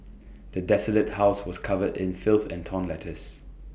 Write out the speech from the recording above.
the desolated house was covered in filth and torn letters